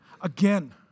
Again